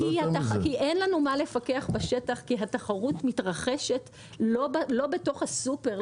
אין לנו מה לפקח בשטח כי התחרות מתרחשת לא בתוך הסופר,